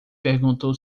perguntou